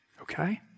okay